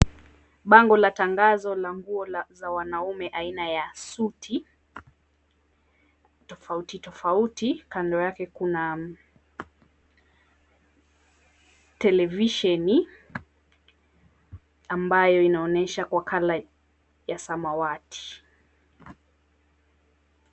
Bango la tangazo la nguo za wanaume aina ya suti tofautitofauti. Kando yake kuna televisheni ambayo inaonyesha kwa color ya samawati.